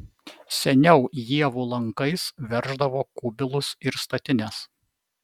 seniau ievų lankais verždavo kubilus ir statines